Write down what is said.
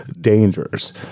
dangers